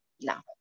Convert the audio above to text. now